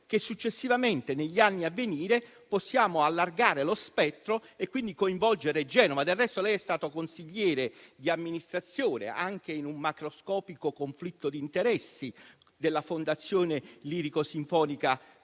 che successivamente, negli anni a venire, possiamo allargare lo spettro e quindi coinvolgere ad esempio Genova. Del resto, lei è stato consigliere di amministrazione, anche in un macroscopico conflitto di interessi, della fondazione lirico-sinfonica